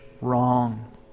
wrong